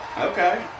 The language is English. Okay